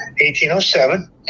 1807